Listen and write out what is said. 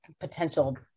potential